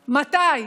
מתי,